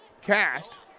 Cast